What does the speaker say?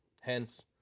hence